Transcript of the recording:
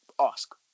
ask